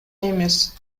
эмес